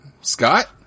Scott